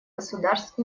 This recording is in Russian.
государств